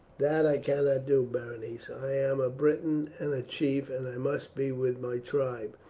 that i cannot do, berenice. i am a briton and a chief, and i must be with my tribe.